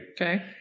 Okay